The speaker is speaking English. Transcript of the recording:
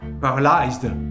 paralyzed